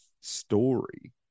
story